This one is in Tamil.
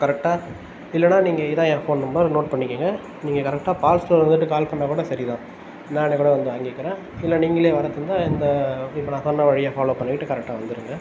கரெக்டாக இல்லைனா நீங்கள் இதுதான் என் ஃபோன் நம்பர் நோட் பண்ணிக்கோங்க நீங்கள் கரெக்டாக பால் ஸ்டார் வந்துட்டு கால் பண்ணால் கூட சரிதான் நானே கூட வந்து வாங்கிக்கிறேன் இல்லை நீங்களே வரத்தாயிருந்த இந்த இப்போ நான் சொன்ன வழியே ஃபாலோ பண்ணிகிட்டு கரெக்டாக வந்துவிடுங்க